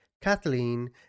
Kathleen